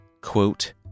quote